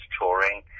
touring